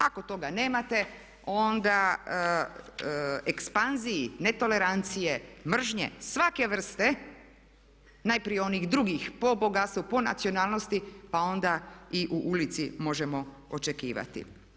Ako toga nemate onda ekspanziji netolerancije, mržnje svake vrste najprije onih drugih po bogatstvu, po nacionalnosti pa onda i u ulici možemo očekivati.